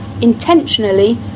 intentionally